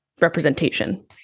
representation